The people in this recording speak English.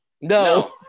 No